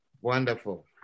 Wonderful